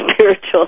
spiritual